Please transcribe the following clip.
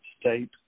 state